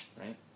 right